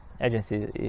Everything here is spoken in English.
Agencies